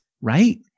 right